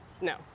No